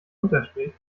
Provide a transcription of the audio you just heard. unterstrich